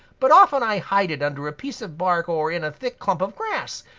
but often i hide it under a piece of bark or in a thick clump of grass,